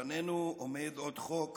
לפנינו עומד עוד חוק